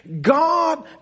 God